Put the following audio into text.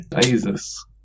Jesus